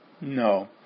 No